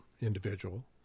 individual